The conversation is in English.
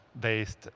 based